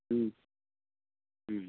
ம் ம்